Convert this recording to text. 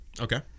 Okay